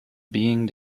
being